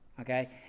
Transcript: okay